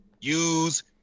use